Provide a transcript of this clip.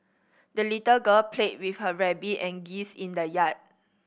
the little girl played with her rabbit and geese in the yard